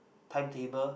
time table